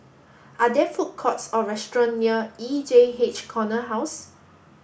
are there food courts or restaurants near E J H Corner House